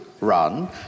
run